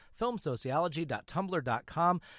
filmsociology.tumblr.com